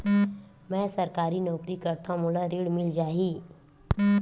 मै सरकारी नौकरी करथव मोला ऋण मिल जाही?